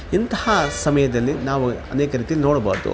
ಇಂತಹ ಸಮಯದಲ್ಲಿ ನಾವು ಅನೇಕ ರೀತಿಯಲ್ ನೋಡ್ಬೋದು